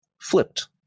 flipped